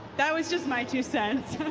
that's just my two cents.